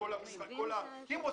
אם סוגרים את כל הסיפור.